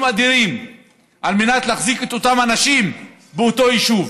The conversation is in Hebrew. אדירים על מנת להחזיק את אותם אנשים באותו יישוב.